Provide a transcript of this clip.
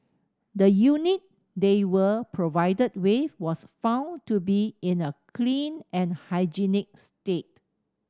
the unit they were provided with was found to be in a clean and hygienic state